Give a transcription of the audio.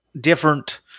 different